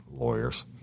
Lawyers